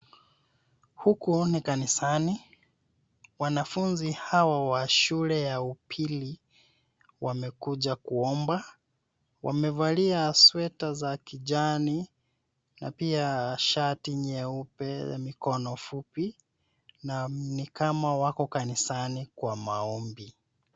Huku ni kanisani. Wanafunzi hawa wa shule ya upili wamekuja kuomba. Wamevalia sweta za kijani na pia shati nyeupe ya mikono fupi na ni kama wako kanisani kwa maombi.